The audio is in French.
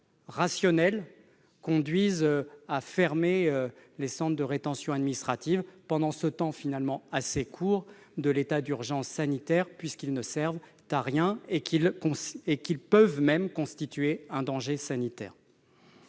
rationnels conduisent à fermer les centres de rétention administrative pendant le temps, finalement assez court, de l'état d'urgence sanitaire, puisqu'ils ne servent à rien et peuvent constituer un danger sanitaire.